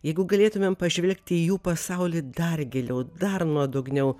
jeigu galėtumėm pažvelgti į jų pasaulį dar giliau dar nuodugniau